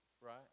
right